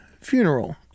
funeral